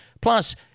Plus